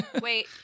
Wait